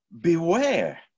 beware